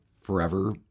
forever